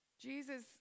Jesus